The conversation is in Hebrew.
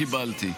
קיבלתי.